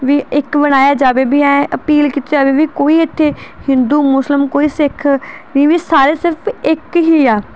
ਵੀ ਇੱਕ ਬਣਾਇਆ ਜਾਵੇ ਵੀ ਐਂ ਅਪੀਲ ਕੀਤੀ ਜਾਵੇ ਵੀ ਕੋਈ ਇੱਥੇ ਹਿੰਦੂ ਮੁਸਲਿਮ ਕੋਈ ਸਿੱਖ ਨਹੀਂ ਵੀ ਸਾਰੇ ਸਿਰਫ ਇੱਕ ਹੀ ਆ